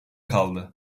kaldı